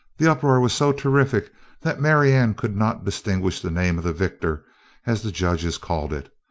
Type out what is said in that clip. the uproar was so terrific that marianne could not distinguish the name of the victor as the judges called it,